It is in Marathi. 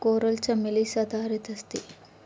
कोरल चमेली सदाहरित असते